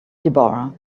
deborah